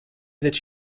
that